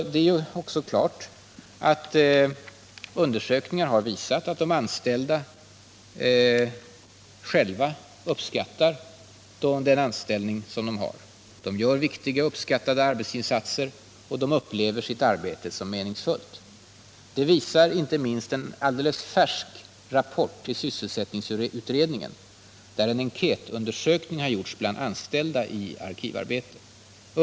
Undersökningar har visat att de anställda själva uppskattar den anställning de har. De gör viktiga och uppskattade arbetsinsatser, och de upplever sitt arbete som meningsfullt. Det visar inte minst en alldeles färsk rapport till sysselsättningsutredningen där en enkätundersökning gjorts bland anställda i arkivarbete.